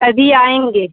अभी आएँगे